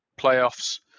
playoffs